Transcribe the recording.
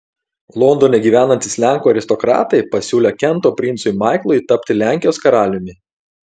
londone gyvenantys lenkų aristokratai pasiūlė kento princui maiklui tapti lenkijos karaliumi